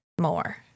more